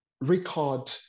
record